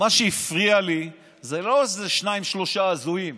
ומה שהפריע לי, זה לא איזה שניים-שלושה הזויים,